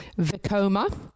Vicoma